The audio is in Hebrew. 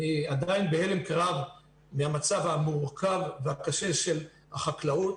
ואני עדיין בהלם קרב מהמצב המורכב והקשה של החקלאות